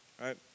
right